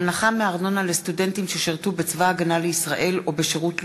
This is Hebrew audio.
הנחה מארנונה לסטודנטים ששירתו בצבא הגנה לישראל או בשירות לאומי),